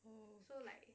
oh